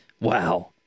Wow